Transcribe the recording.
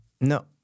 No